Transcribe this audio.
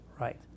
right